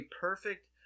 perfect